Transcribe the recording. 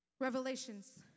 Revelations